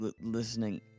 listening